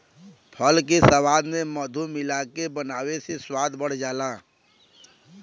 फल के सलाद में मधु मिलाके बनावे से स्वाद बढ़ जाला